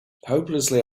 hopelessly